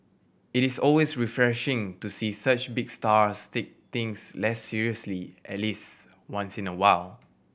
it is always refreshing to see such big stars take things less seriously at least once in a while